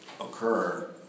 occur